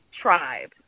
tribe